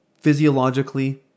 physiologically